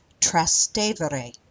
Trastevere